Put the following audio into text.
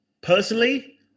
personally